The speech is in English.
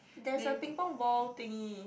there's a pingpong ball thingy